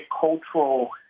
cultural